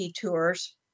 tours